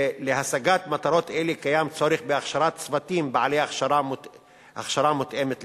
להשגת מטרות אלה יש צורך בהכשרת צוותים בעלי הכשרה מותאמת לכך.